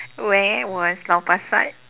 where was lau-pa-sat